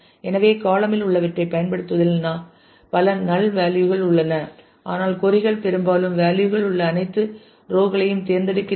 எனவே காளம் இல் உள்ளவற்றைப் பயன்படுத்துவதில் பல நள் வேலியூ கள் உள்ளன ஆனால் கொறி கள் பெரும்பாலும் வேலியூ கள் உள்ள அனைத்து ரோ களையும் தேர்ந்தெடுக்கின்றன